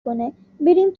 کنهبریم